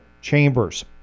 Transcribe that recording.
chambers